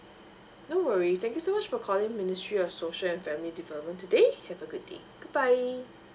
no worries thank you so much for calling ministry of social and family development today have a good day goodbye